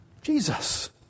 Jesus